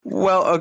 well, ah